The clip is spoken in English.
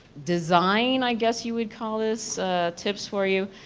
design. i guess you would call this tips for you.